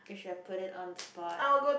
should I put it on spot